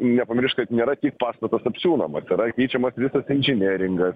nepamiršk kad nėra tik pastatas apsiūnamas yra keičiamas visas inžineringas